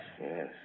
yes